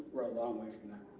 we're a long way from that.